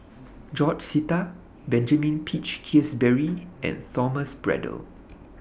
George Sita Benjamin Peach Keasberry and Thomas Braddell